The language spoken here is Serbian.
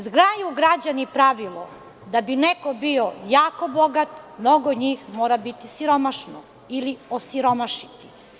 Znaju građani pravilo, da bi neko bio jako bogat, mnogo njih mora biti siromašno ili osiromašiti.